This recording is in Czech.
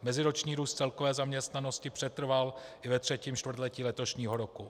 Meziroční růst celkové zaměstnanosti přetrval i ve třetím čtvrtletí letošního roku.